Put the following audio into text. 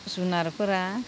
जुनारफोरा